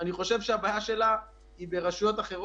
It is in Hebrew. האלה בעיקר אמר מרדכי כהן בצדק: רשויות באשכול